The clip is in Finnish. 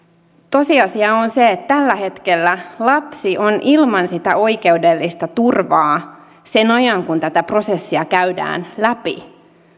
tosiasia on se että tällä hetkellä lapsi on ilman sitä oikeudellista turvaa sen ajan kun tätä prosessia käydään läpi